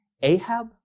Ahab